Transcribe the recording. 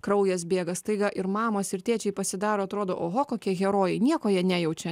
kraujas bėga staiga ir mamos ir tėčiai pasidaro atrodo oho kokie herojai nieko jie nejaučia